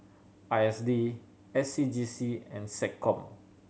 I S D S C G C and SecCom